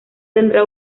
tendrá